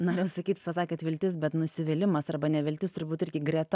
norėjau sakyt pasakė viltis bet nusivylimas arba neviltis turbūt irgi greta